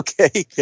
okay